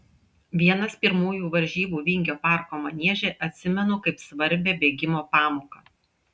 vienas pirmųjų varžybų vingio parko manieže atsimenu kaip svarbią bėgimo pamoką